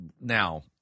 now